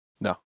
No